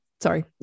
sorry